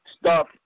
stop